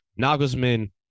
Nagelsmann